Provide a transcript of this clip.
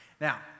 Now